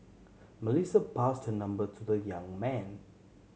Melissa passed her number to the young man